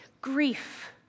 Grief